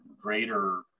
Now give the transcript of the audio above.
greater